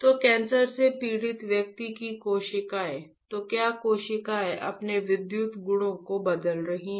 तो कैंसर से पीड़ित व्यक्ति की कोशिका तो क्या कोशिकाएं अपने विद्युत गुणों को बदल रही हैं